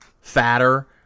fatter